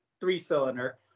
three-cylinder